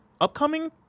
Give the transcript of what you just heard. upcoming